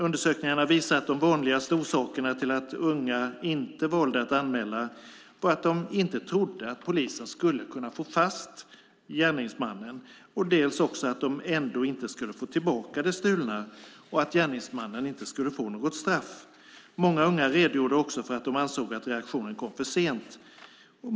Undersökningar visar att de vanligaste orsakerna till att unga valde att inte anmäla var att de inte trodde att polisen skulle få fast gärningsmannen, att de ändå inte skulle få tillbaka det stulna och att gärningsmannen inte skulle få något straff. Många unga redogjorde också för att reaktionen kom för sent.